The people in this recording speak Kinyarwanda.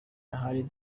ahari